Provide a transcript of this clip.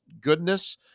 goodness